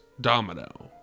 Domino